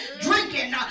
drinking